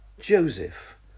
Joseph